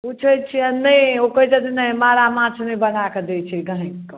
पूछैत छिअनि नहि ओ कहैत छथि नहि मारा माछ नहि बनाके दय छै गैहकके